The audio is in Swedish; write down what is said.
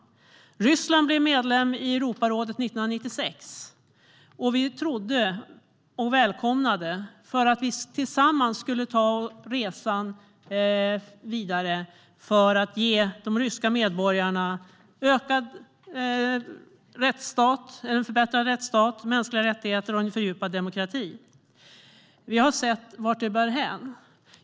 Ryssland blev medlem i Europarådet 1996. Vi välkomnade det därför att vi trodde att vi tillsammans skulle ta resan vidare för att ge de ryska medborgarna en förbättrad rättsstat, mänskliga rättigheter och en fördjupad demokrati. Vi har sett vart det bär hän.